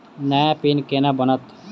नया पिन केना बनत?